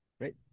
right